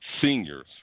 seniors